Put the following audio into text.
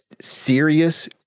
serious